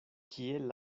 kiel